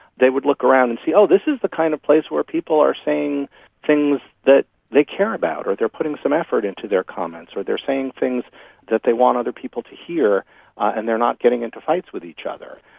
they would look around and see, oh, this is the kind of place where people are saying things that they care about or they are putting some effort into their comments, or they are saying things that they want other people to hear and they are not getting into fights with each other.